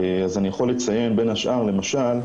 אני יכול לציין בין השאר למשל,